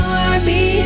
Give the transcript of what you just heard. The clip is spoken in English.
army